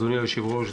אדוני היושב-ראש,